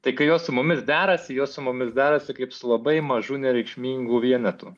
tai kai jos su mumis derasi jos su mumis derasi kaip su labai mažu nereikšmingu vienetu